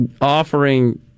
offering